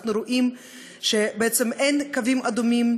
אנחנו רואים שבעצם אין קווים אדומים,